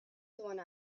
someone